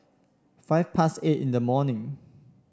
five past eight in the morning